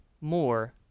more